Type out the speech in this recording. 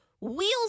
Wheels